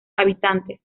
habitantes